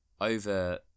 over